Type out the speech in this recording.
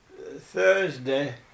Thursday